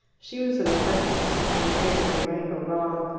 she was in the presence of something greater than right or wrong.